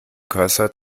cursor